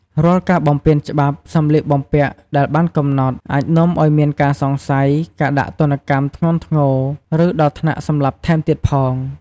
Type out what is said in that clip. រាល់ការបំពានច្បាប់សម្លៀកបំពាក់ដែលបានកំណត់អាចនាំឱ្យមានការសង្ស័យ ការដាក់ទណ្ឌកម្មធ្ងន់ធ្ងរ ឬដល់ថ្នាក់សម្លាប់ថែមទៀតផង។